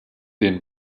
den